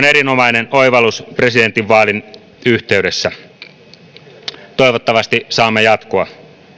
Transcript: erinomainen oivallus presidentinvaalin yhteydessä toivottavasti saamme jatkoa